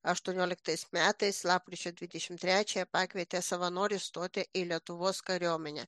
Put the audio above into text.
aštuonioliktais metais lapkričio dvidešimt trečiąją pakvietė savanorius stoti į lietuvos kariuomenę